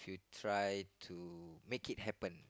try to make it happen